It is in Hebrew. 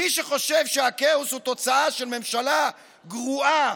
מי שחושב שהכאוס הוא תוצאה של ממשלה גרועה